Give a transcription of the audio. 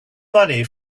money